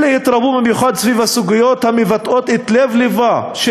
אלה התרבו במיוחד סביב הסוגיות המבטאות את לב-לבה של